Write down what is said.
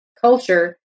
culture